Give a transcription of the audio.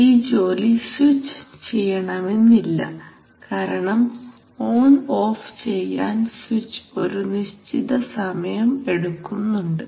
ഈ ജോലി സ്വിച്ച് ചെയ്യണമെന്നില്ല കാരണം ഓൺ ഓഫ് ചെയ്യാൻ സ്വിച്ച് ഒരു നിശ്ചിത സമയം എടുക്കുന്നുണ്ട്